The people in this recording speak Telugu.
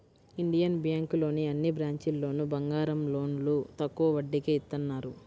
ఇండియన్ బ్యేంకులోని అన్ని బ్రాంచీల్లోనూ బంగారం లోన్లు తక్కువ వడ్డీకే ఇత్తన్నారు